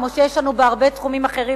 כמו שיש לנו בהרבה תחומים אחרים,